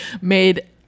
made